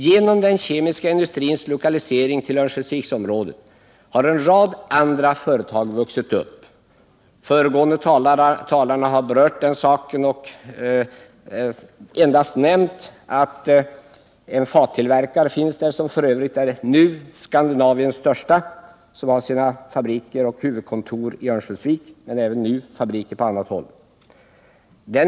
Genom den kemiska industrins lokalisering till Örnsköldsviksområdet har en rad andra företag vuxit upp. Föregående talare har berört den saken, men endast nämnt att där finns en fattillverkare. Denna fattillverkare är f. ö. Skandinaviens nu största och har fabriker och huvudkontor i Örnsköldsvik, och man har på senare tid även uppfört fabriker på annat håll.